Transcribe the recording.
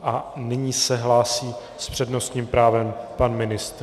A nyní se hlásí s přednostním právem pan ministr.